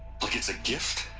like it's a gift?